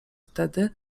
wtedy